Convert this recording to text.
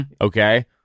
okay